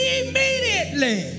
immediately